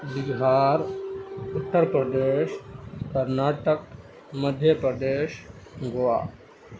Bihar Uttar Pradesh Karnataka Madhya Pradesh Goa